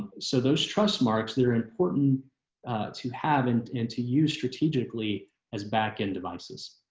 so those trust marks, they're important to have and and to use strategically as back end devices.